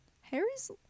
Harry's